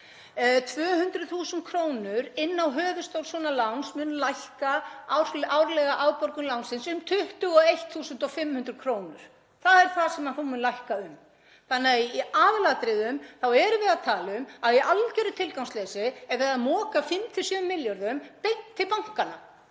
200.000 kr. inn á höfuðstól svona láns munu lækka árlega afborgun lánsins um 21.500 kr. Það er það sem hún mun lækka um, þannig að í aðalatriðum erum við að tala um að í algjöru tilgangsleysi er verið að moka 5–7 milljörðum beint til bankanna,